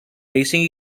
facing